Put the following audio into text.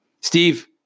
Steve